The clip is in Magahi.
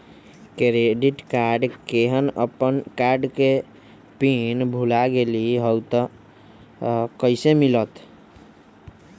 क्रेडिट कार्ड केहन अपन कार्ड के पिन भुला गेलि ह त उ कईसे मिलत?